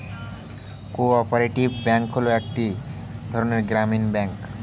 co operative bank হলো এক ধরনের গ্রামীণ ব্যাঙ্ক